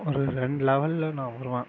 ஒரு ரெண்டு லெவலில் நான் வருவேன்